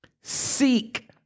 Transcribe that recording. Seek